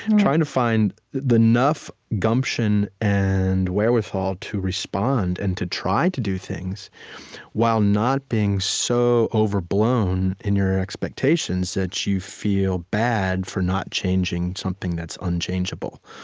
trying to find enough gumption and wherewithal to respond and to try to do things while not being so overblown in your expectations that you feel bad for not changing something that's unchangeable.